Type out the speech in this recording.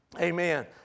Amen